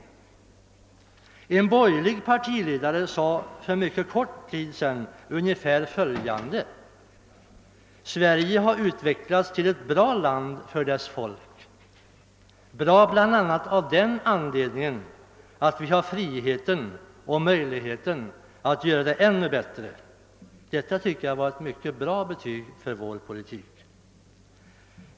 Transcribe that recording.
En borgerlig partiledare sade för mycket kort tid sedan ungefär följande: Sverige har utvecklats till ett bra land för dess folk — bra bl.a. av den anledningen att vi har friheten och möjligheten att göra det ännu bättre. Detta tycker jag var ett mycket gott betyg för vår politik.